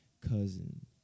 cousin